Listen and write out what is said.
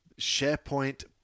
SharePoint